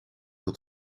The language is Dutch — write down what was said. tot